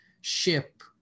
ship